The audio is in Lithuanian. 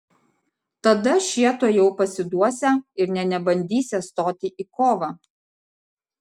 tada šie tuojau pasiduosią ir nė nebandysią stoti į kovą